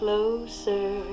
Closer